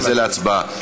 וזה להצבעה.